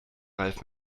ralf